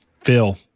Phil